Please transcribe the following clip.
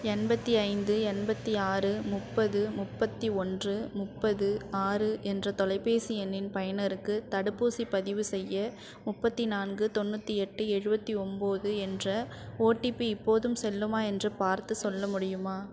எண்பத்து ஐந்து எண்பத்து ஆறு முப்பது முப்பத்து ஒன்று முப்பது ஆறு என்ற தொலைபேசி எண்ணின் பயனருக்கு தடுப்பூசி பதிவுசெய்ய முப்பத்து நான்கு தொண்ணூற்றி எட்டு எழுபத்தி ஒம்பது என்ற ஒடிபி இப்போதும் செல்லுமா என்று பார்த்துச் சொல்ல முடியுமா